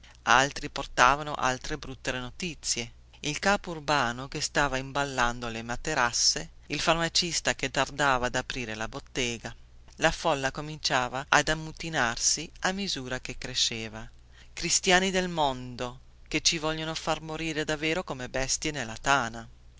altri portavano altre brutte notizie il capo urbano che stava imballando le materasse il farmacista che tardava ad aprire la bottega la folla cominciava ad ammutinarsi a misura che cresceva cristiani del mondo che ci vogliono far morire davvero come bestie nella tana